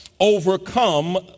overcome